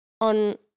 on